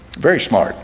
very smart